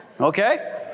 Okay